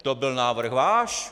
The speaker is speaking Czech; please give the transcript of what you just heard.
To byl návrh váš!